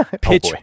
pitch